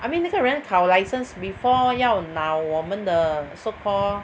I mean 那个人考 license before 要拿我们的 so called